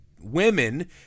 women